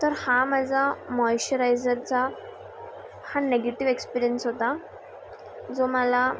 तर तर हा माझा मोशरायजरचा हा नेगेटिव्ह एक्सपिरियन्स होता जो मला